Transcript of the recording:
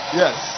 yes